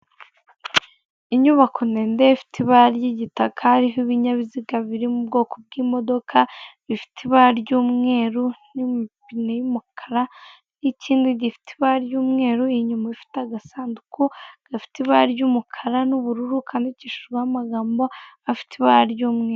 Inyubako ndende ifite ibara ry'igitaka iriho ibinyabiziga biri mu bwoko bw'imodoka bifite ibara ry'umweru n'amapine y'umukara nikindi gifite ibara ry'umweru inyuma ifite agasanduku gafite ibara ry'umukara n'ubururu kandikishijweho amagambo afite ibara ry'umweru.